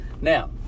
now